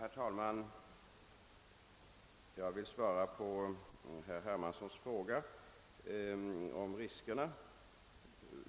Herr talman! Jag vill svara på herr Hermanssons fråga om de risker som är